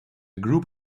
group